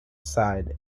side